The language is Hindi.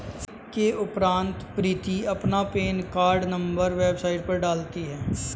क्लिक के उपरांत प्रीति अपना पेन कार्ड नंबर वेबसाइट पर डालती है